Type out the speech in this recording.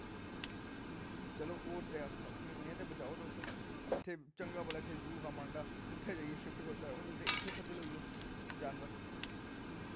चलो होर ते कक्ख नी इ'नेंगी ते बचाओ तुस चंगा भला ज़ू हा इत्थें मांडा उत्थें जाइयै शिफ्ट करी ओड़े दा इत्थें जाइयै हून खज्जल होइये जानवर